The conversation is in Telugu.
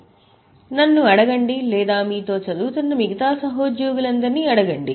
కాబట్టి TA ని అడగండి నన్ను అడగండి లేదా మీతో చదువుతున్న మిగతా సహోద్యోగులందరినీ అడగండి